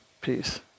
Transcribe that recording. Peace